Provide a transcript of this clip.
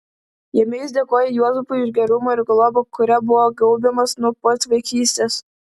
jame jis dėkoja juozapui už gerumą ir globą kuria buvo gaubiamas nuo pat vaikystės